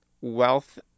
wealth